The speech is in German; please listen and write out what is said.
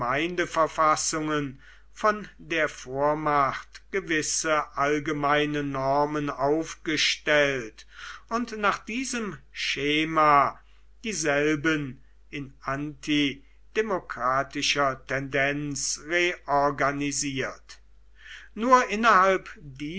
gemeindeverfassungen von der vormacht gewisse allgemeine normen aufgestellt und nach diesem schema dieselben in antidemokratischer tendenz reorganisiert nur innerhalb